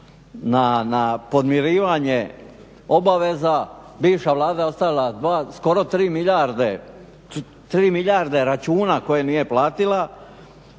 na podmirivanje obaveza. Bivša Vlada je ostavila skoro 3 milijarde računa koje nije platila.